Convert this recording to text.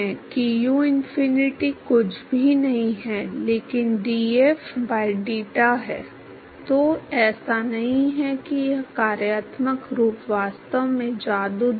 तो यह एक गैर रेखीय समीकरण है यह f में गैर रैखिक है बेशक इन दिनों आप इसे संख्यात्मक रूप से हल करने के लिए ललचाएंगे लेकिन ब्लैसियस ने जो किया वह श्रृंखला समाधान का उपयोग किया गया था निश्चित रूप से इसे संख्यात्मक रूप से हल कर सकता था और तो हो गया है